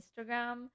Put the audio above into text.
instagram